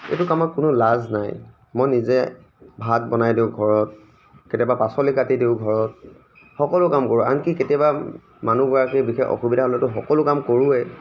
এইটো কামত কোনো লাজ নাই মই নিজে ভাত বনাই দিওঁ ঘৰত কেতিয়াবা পাচলি কাটি দিওঁ ঘৰত সকলো কাম কৰোঁ আনকি কেতিয়াবা মানুহগৰাকীৰ বিশেষ অসুবিধা হ'লেতো সকলো কাম কৰোঁৱেই